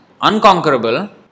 unconquerable